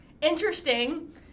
interesting